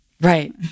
Right